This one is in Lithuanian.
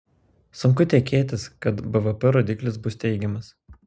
sunku tikėtis kad bvp rodiklis bus teigiamas